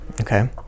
okay